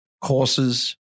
courses